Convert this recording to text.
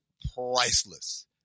priceless